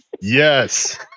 Yes